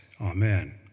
Amen